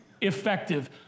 Effective